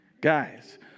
guys